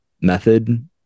method